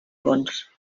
fons